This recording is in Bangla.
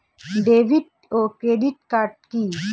ডেভিড ও ক্রেডিট কার্ড কি?